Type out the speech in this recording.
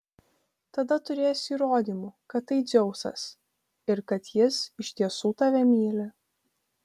tada turėsi įrodymų kad tai dzeusas ir kad jis iš tiesų tave myli